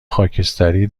خاکستری